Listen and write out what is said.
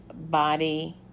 body